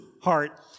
heart